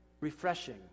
refreshing